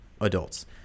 adults